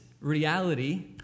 reality